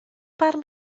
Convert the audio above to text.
barn